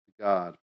God